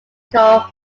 called